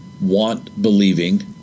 want-believing